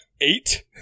eight